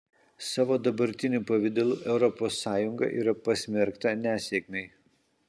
savo dabartiniu pavidalu europos sąjunga yra pasmerkta nesėkmei